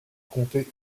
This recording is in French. compter